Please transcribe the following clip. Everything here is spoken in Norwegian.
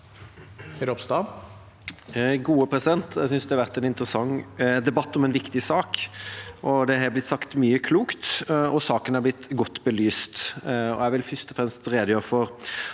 Jeg synes det har vært en interessant debatt om en viktig sak. Det har blitt sagt mye klokt, og saken er blitt godt belyst. Jeg vil først og fremst redegjøre for